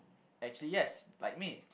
actually yes like me